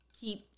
keep